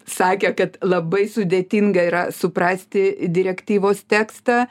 sakė kad labai sudėtinga yra suprasti direktyvos tekstą